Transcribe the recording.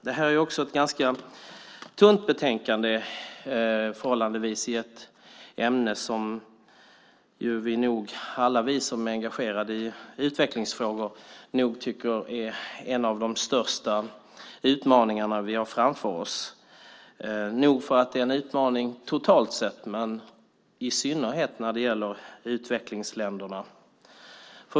Detta är ett förhållandevis tunt betänkande i ett ämne som alla vi som är engagerade i utvecklingsfrågor nog tycker är en av de största utmaningar vi har framför oss. Nog för att det är en utmaning totalt sett, men i synnerhet när det gäller utvecklingsländerna.